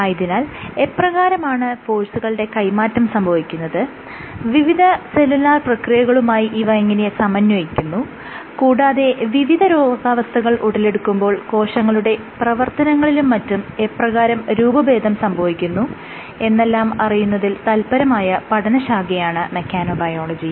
ആയതിനാൽ എപ്രകാരമാണ് ഫോഴ്സുകളുടെ കൈമാറ്റം സംഭവിക്കുന്നത് വിവിധ സെല്ലുലാർ പ്രക്രിയകളുമായി ഇവ എങ്ങനെ സമന്വയിക്കുന്നു കൂടാതെ വിവിധ രോഗാവസ്ഥകൾ ഉടലെടുക്കുമ്പോൾ കോശങ്ങളുടെ പ്രവർത്തനങ്ങളിലും മറ്റും എപ്രകാരം രൂപഭേദം സംഭവിക്കുന്നു എന്നെല്ലാം അറിയുന്നതിൽ തല്പരമായ പഠനശാഖയാണ് മെക്കാനോബയോളജി